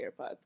AirPods